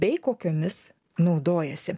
bei kokiomis naudojasi